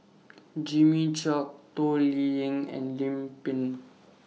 Jimmy Chok Toh Liying and Lim Pin